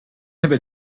hebben